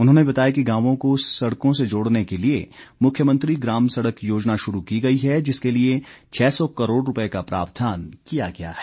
उन्होंने बताया कि गांवों को सड़कों से जोड़ने के लिए मुख्यमंत्री ग्राम सड़क योजना शुरू की गई है जिसके लिए छः सौ करोड़ रुपए का प्रावधान किया गया है